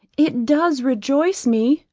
it does rejoice me,